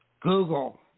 Google